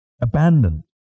abandoned